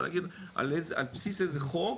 על בסיס איזה חוק,